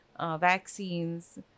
vaccines